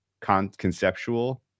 conceptual